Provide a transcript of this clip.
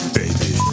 baby